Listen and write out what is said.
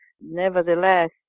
nevertheless